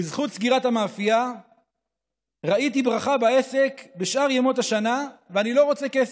בזכות סגירת המאפייה ראיתי ברכה בעסק בשאר ימות השנה ואני לא רוצה כסף.